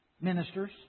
Ministers